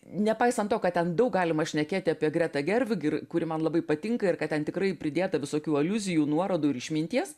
nepaisant to kad ten daug galima šnekėti apie greta gervių ir kuri man labai patinka ir ką ten tikrai pridėta visokių aliuzijų nuorodų ir išminties